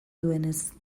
duenez